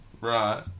right